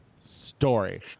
story